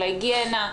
של ההיגיינה,